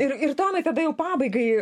ir ir tomai tada jau pabaigai